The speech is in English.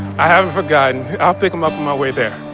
i haven't forgotten, i'll pick them up in my way there.